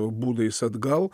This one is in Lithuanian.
būdais atgal